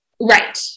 right